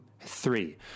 three